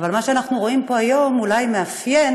אבל מה שאנחנו רואים פה היום אולי מאפיין